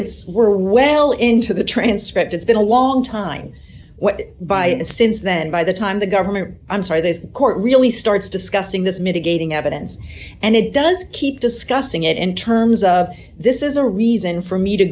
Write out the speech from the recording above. it's we're well into the transcript it's been a long time what by and since then by the time the government i'm sorry the court really starts discussing this mitigating evidence and it does keep discussing it in terms of this is a reason for me to